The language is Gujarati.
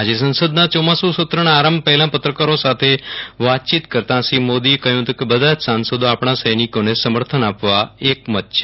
આજે સંસદના ચોમાસુ સત્રના આરંભ પહેલાં પત્રકારો સાથે વાતચીત કરતાં શ્રી મોદીએ કહ્યું હતું કે બધા જ સાંસદો આપણા સૈનિકોને સમર્થન આપવા એકમત છે